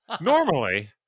normally